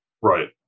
Right